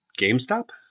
GameStop